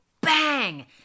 bang